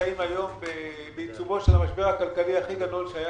נמצאים בעיצומו של המשבר הכלכלי הכי גדול שהיה